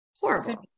horrible